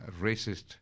racist